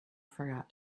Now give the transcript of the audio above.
forgot